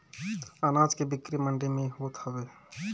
अनाज के बिक्री मंडी में होत हवे